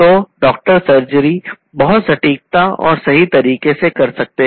तो doctor surgery बहुत सटीकता और सही तरीके से कर सकते हैं